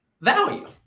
value